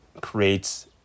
creates